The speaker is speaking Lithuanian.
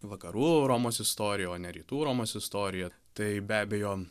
vakarų romos istoriją o ne rytų romos istoriją tai be abejo